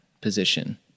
position